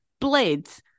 blades